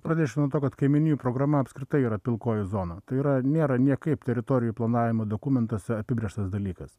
pradėsiu nuo to kad kaimynijų programa apskritai yra pilkoji zona tai yra nėra niekaip teritorijų planavimo dokumentuose apibrėžtas dalykas